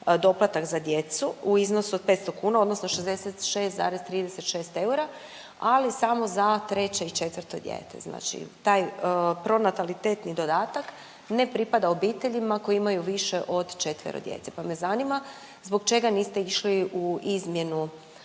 doplatak za djecu u iznosu od 500,00 kn odnosno 66,36 eura ali samo za 3. i 4. dijete. Znači taj pronatalitetni dodatak ne pripada obiteljima koji imaju više od 4. djece pa me zanima zbog čega niste išli u izmjenu